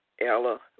Ella